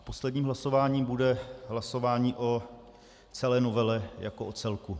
Posledním hlasováním bude hlasování o celé novele jako o celku.